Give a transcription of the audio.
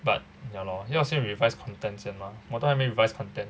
but ya lor 要先 revise content 先 mah 我多还没 revise content